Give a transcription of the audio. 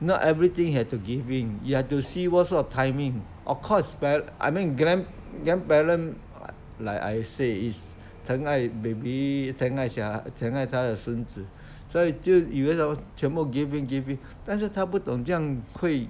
not everything have to give in you have to see what sort of timing of course pa~ I mean grand~ grandparent like I say is 疼爱 baby 疼爱小孩疼爱他的孙子所以就以为 hor 全部 give in give in 但是她不懂这样会